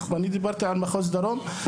אני דיברתי על מחוז דרום.